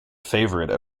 favorite